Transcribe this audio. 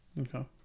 Okay